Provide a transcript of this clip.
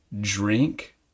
drink